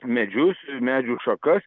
medžius medžių šakas